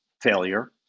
failure